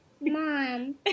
Mom